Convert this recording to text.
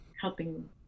helping